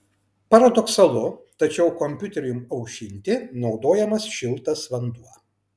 paradoksalu tačiau kompiuteriui aušinti naudojamas šiltas vanduo